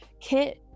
kit